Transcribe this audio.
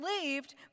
believed